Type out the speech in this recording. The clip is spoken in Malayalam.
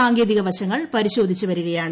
സാങ്കേതിക വശങ്ങൾ പരിശോധിച്ചു വരികയാണ്